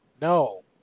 No